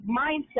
mindset